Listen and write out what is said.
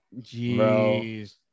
Jeez